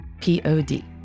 P-O-D